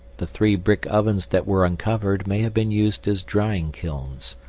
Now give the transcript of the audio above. the three brick ovens that were uncovered may have been used as drying kilns.